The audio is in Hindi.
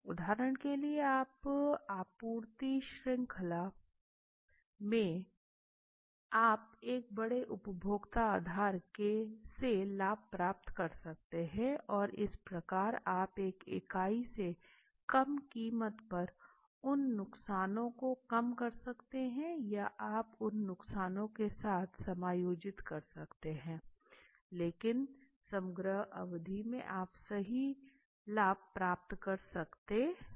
उदाहरण के लिए आप आपूर्ति श्रृंखला में आप एक बड़े उपभोक्ता आधार से लाभ प्राप्त कर सकते हैं और इस प्रकार आप एक इकाई से कम कीमत पर उन नुकसानों को कम कर सकते हैं या आप उन नुकसानों के साथ समायोजित कर सकते हैं लेकिन समग्र अवधि में आप सही लाभ प्राप्त कर सकते हैं